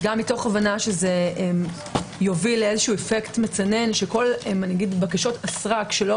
גם מתוך הבנה שזה יוביל לאפקט מצנן שכל בקשות הסרק שלא